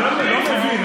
אני לא מבין,